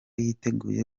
yiteguye